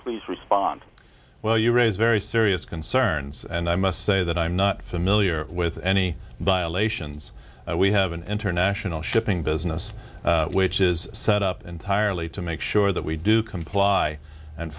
please respond well you raise very serious concerns and i must say that i'm not familiar with any violations we have an international shipping business which is set up entirely to make sure that we do comply and